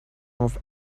off